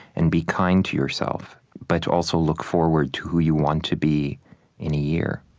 and be kind to yourself. but also look forward to who you want to be in a year